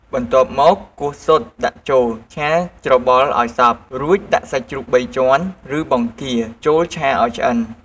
បន្ទាប់មក គោះស៊ុតដាក់ចូល ឆាច្របល់ឱ្យសព្វ រួចដាក់សាច់ជ្រូកបីជាន់ ឬបង្គាចូលឆាឱ្យឆ្អិន។